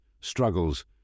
struggles